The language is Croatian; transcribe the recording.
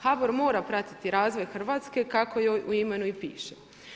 HBOR mora pratiti razvoj Hrvatske kako joj u imenu i piše.